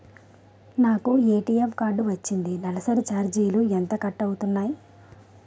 నాకు ATM card వచ్చింది నెలసరి ఛార్జీలు ఎంత కట్ అవ్తున్నాయి?